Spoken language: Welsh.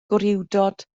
gwrywdod